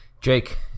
Jake